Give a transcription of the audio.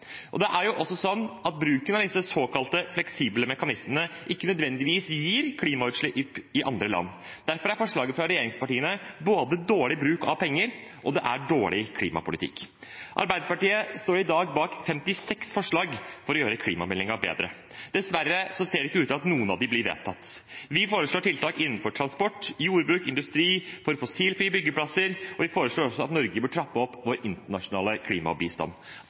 Og det er også slik at bruken av disse såkalte fleksible mekanismene ikke nødvendigvis gir klimagassutslipp i andre land. Derfor er forslagene fra regjeringspartiene både dårlig bruk av penger og dårlig klimapolitikk. Arbeiderpartiet står i dag bak 35 forslag for å gjøre klimameldingen bedre. Dessverre ser det ikke ut til at noen av dem blir vedtatt. Vi foreslår tiltak innenfor transport, jordbruk og industri og for fossilfrie byggeplasser. Vi foreslår også at Norge bør trappe opp sin internasjonale klimabistand.